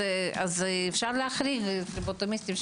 אפשר להחריג פבלוטומיסטים,